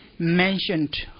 Mentioned